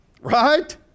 Right